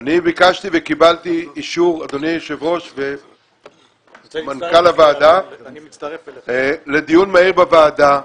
אני ביקשתי וקיבלתי אישור לדיון מהיר בוועדה.